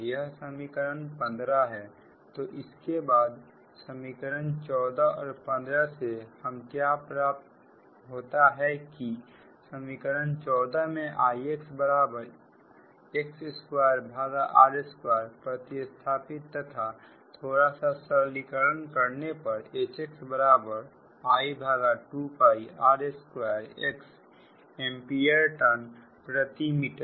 यह समीकरण 15 है तो इसके बाद समीकरण 14 और 15 से हमें क्या प्राप्त होता है कि समीकरण 14 में Ixx2r2 प्रतिस्थापित तथा थोड़ा सा सरलीकरण करने पर HxI2 r2x एंपीयर टर्न प्रति मीटर